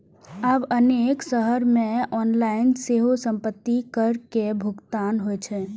आब अनेक शहर मे ऑनलाइन सेहो संपत्ति कर के भुगतान होइ छै